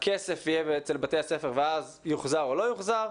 הכסף יהיה אצל בתי הספר ואז יוחזר או לא יוחזר.